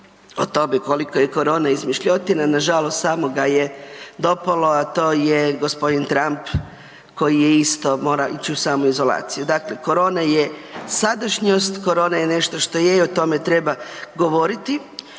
o tome koliko je korona izmišljotina, samog ga je dopalo, a to je g. Trump koji je isto, mora ić u samoizolaciju. Dakle, korona je sadašnjost, korona je nešto što je i o tome treba govoriti